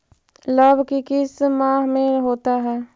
लव की किस माह में होता है?